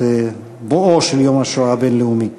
את בואו של יום השואה הבין-לאומי.